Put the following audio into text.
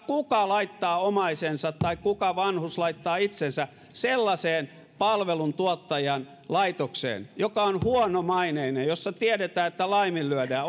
kuka laittaa omaisensa tai kuka vanhus laittaa itsensä sellaisen palveluntuottajan laitokseen joka on huonomaineinen jossa tiedetään että laiminlyödään